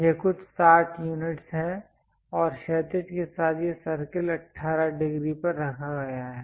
यह कुछ 60 यूनिट्स हैं और क्षैतिज के साथ यह सर्किल 18 डिग्री पर रखा गया है